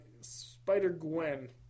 Spider-Gwen